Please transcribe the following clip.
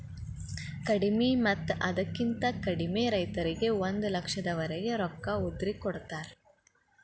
ಕಡಿಮಿ ಮತ್ತ ಅದಕ್ಕಿಂತ ಕಡಿಮೆ ರೈತರಿಗೆ ಒಂದ ಲಕ್ಷದವರೆಗೆ ರೊಕ್ಕ ಉದ್ರಿ ಕೊಡತಾರ